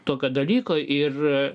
tokio dalyko ir